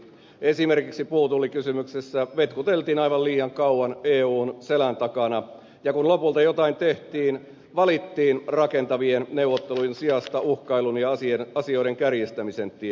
esimerkiksi puutullikysymyksessä vetkuteltiin aivan liian kauan eun selän takana ja kun lopulta jotain tehtiin valittiin rakentavien neuvottelujen sijasta uhkailujen ja asioiden kärjistämisen tie